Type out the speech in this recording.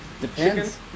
Depends